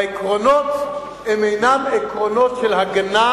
והעקרונות אינם עקרונות של הגנה,